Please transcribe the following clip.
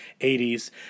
80s